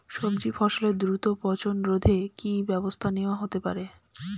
সবজি ফসলের দ্রুত পচন রোধে কি ব্যবস্থা নেয়া হতে পারে?